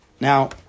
Now